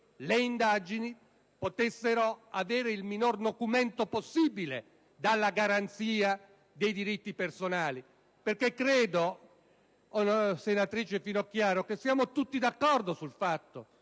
le indagini potessero ricevere il minore nocumento possibile dalla garanzia dei diritti personali. Ritengo, senatrice Finocchiaro, che siamo tutti d'accordo sul fatto